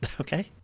Okay